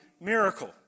miracle